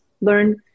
Learn